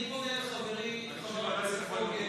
אני מודה לחברי חבר הכנסת פוגל,